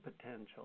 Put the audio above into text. potential